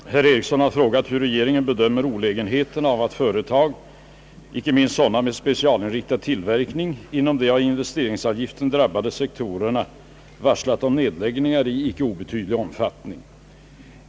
Herr talman! Herr Eriksson har frågat, hur regeringen bedömer olägenheterna av att företag — icke minst så dana med specialinriktad tillverkning — inom de av investeringsavgiften drabbade sektorerna varslat om nedläggningar i inte obetydlig omfattning.